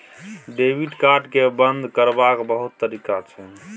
debit card केँ बंद करबाक बहुत तरीका छै